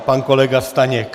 Pan kolega Staněk.